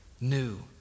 new